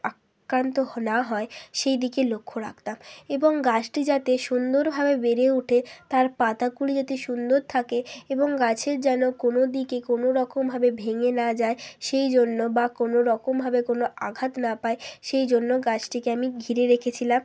আক্রান্ত না হয় সেই দিকে লক্ষ রাখতাম এবং গাছটি যাতে সুন্দরভাবে বেড়ে উঠে তার পাতাগুলি যাতে সুন্দর থাকে এবং গাছের যেন কোনো দিকে কোনো রকমভাবে ভেঙে না যায় সেই জন্য বা কোনো রকমভাবে কোনো আঘাত না পায় সেই জন্য গাছটিকে আমি ঘিরে রেখেছিলাম